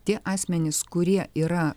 tie asmenys kurie yra